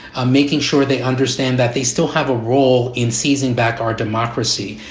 ah making sure they understand that they still have a role in seizing back our democracy.